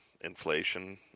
inflation